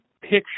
picture